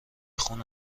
خون